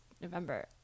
November